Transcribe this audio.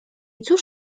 cóż